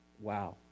Wow